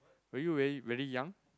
were you very very young